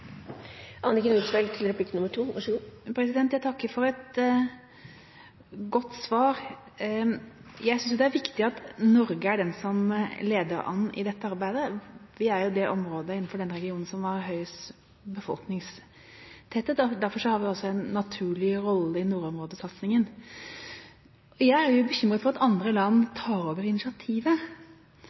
Jeg takker for et godt svar. Jeg synes det er viktig at Norge leder an i dette arbeidet. Vi er jo det området innenfor denne regionen som har høyest befolkningstetthet. Derfor har vi også en naturlig rolle i nordområdesatsinga. Men jeg er jo bekymret for at andre land tar over initiativet.